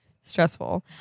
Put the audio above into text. Stressful